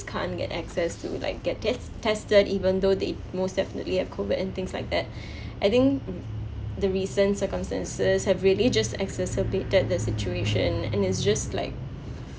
can't get access to like get get tested even though they most definitely have COVID and things like that I think the recent circumstances have really just exacerbated the situation and it's just like